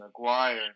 McGuire